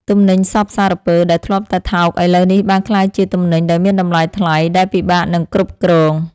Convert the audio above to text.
ទំនិញសព្វសារពើដែលធ្លាប់តែថោកឥឡូវនេះបានក្លាយជាទំនិញដែលមានតម្លៃថ្លៃដែលពិបាកនឹងគ្រប់គ្រង។